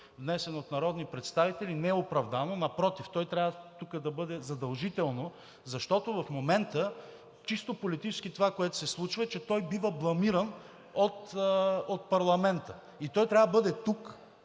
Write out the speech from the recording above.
внесен от народни представители, не е оправдано. Напротив, той трябва да бъде задължително тук, защото в момента чисто политически това, което се случва, е, че той бива бламиран от парламента. Той трябва да бъде тук,